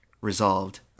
resolved